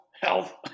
health